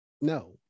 no